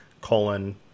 colon